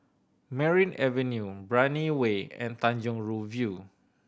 Merryn Avenue Brani Way and Tanjong Rhu View